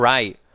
Right